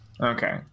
okay